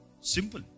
Simple